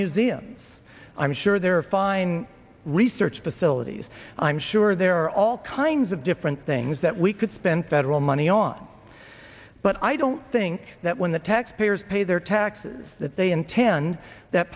museums i'm sure there are fine research facilities i'm sure there are all kinds of different things that we could spend federal money on but i don't think that when the taxpayers pay their taxes that they intend that